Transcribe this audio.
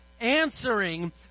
answering